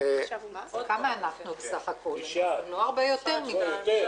הצבעה בעד,